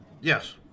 Yes